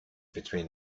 between